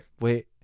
Wait